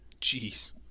Jeez